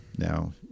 now